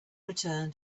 return